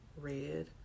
Red